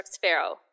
Pharaoh